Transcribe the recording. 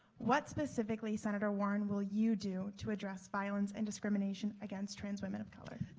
what specifically, senator warren, will you do to address violence and discrimination against trans women of color?